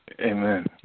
Amen